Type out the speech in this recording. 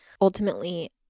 ultimately